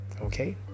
okay